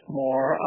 more